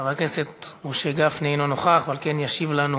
חבר הכנסת משה גפני, אינו נוכח, ועל כן ישיב לנו